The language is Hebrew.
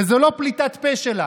וזו לא פליטת פה שלה,